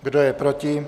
Kdo je proti?